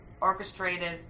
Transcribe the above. orchestrated